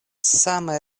same